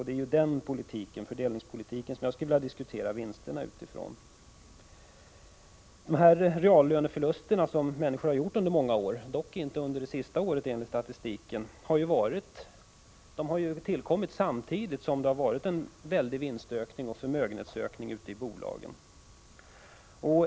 Det är utifrån den fördelningspolitiken som jag skulle vilja diskutera vinsterna. De reallöneförluster som människor har gjort under många år — dock inte under det senaste året enligt statistiken — har ju tillkommit samtidigt som det har förekommit en väldig vinstökning och förmögenhetsökning i bolagen.